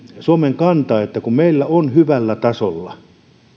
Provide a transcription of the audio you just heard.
suomen kanta että meillä se on hyvällä tasolla